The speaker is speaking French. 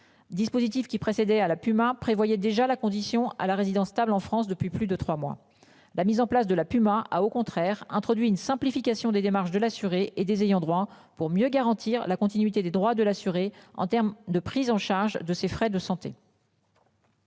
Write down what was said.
Dispositif qui précédait à la Puma prévoyait déjà la condition à la résidence stable en France depuis plus de 3 mois. La mise en place de la Puma a au contraire introduit une simplification des démarches de l'assuré et des ayants droit pour mieux garantir la continuité des droits de l'assuré en terme de prise en charge de ses frais de santé.